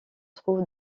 trouve